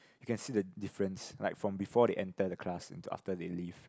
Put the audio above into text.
you can see the difference like from before they enter the class and to after they leave